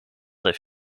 heeft